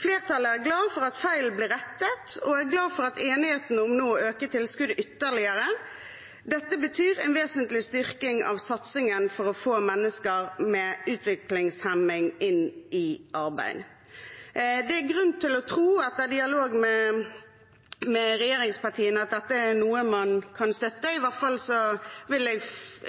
Flertallet er glad for at feilen ble rettet, og er glad for enigheten om nå å øke tilskuddet ytterligere. Dette betyr en vesentlig styrking av satsingen for å få mennesker med utviklingshemning inn i arbeid. Det er etter dialog med regjeringspartiene grunn til å tro at dette er noe man kan støtte. I hvert fall vil jeg